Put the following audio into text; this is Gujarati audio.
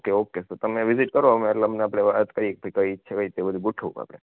ઓકે ઓકે સર તમે વિજિટ કરો અમે અટલામાં વાત કરીએ કે ભઈ ઈચ્છા કઈ તે બધુ ગોઠવું આપડે